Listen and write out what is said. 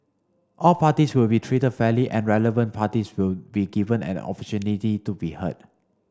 all parties will be treated fairly and relevant parties will be given an opportunity to be heard